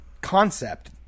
concept